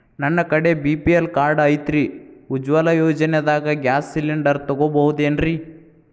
ನನ್ನ ಕಡೆ BPL card ಐತ್ರಿ, ಉಜ್ವಲಾ ಯೋಜನೆದಾಗ ಗ್ಯಾಸ್ ಸಿಲಿಂಡರ್ ತೊಗೋಬಹುದೇನ್ರಿ?